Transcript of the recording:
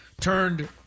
turned